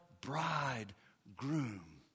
bridegroom